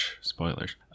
spoilers